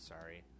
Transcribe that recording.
sorry